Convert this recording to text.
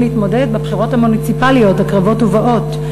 להתמודד בבחירות המוניציפליות הקרבות ובאות.